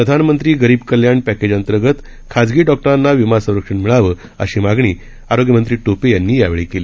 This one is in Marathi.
प्रधानमंत्री गरीब कल्याण पॅकेज अंतर्गत खासगी डॉक्टरांना विमा संरक्षण मिळावं अशी मागणी आरोग्यमंत्री टोपे यांनी यावेळी केली